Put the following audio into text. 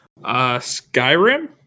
Skyrim